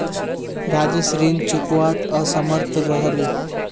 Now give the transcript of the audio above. राजेश ऋण चुकव्वात असमर्थ रह ले